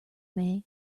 may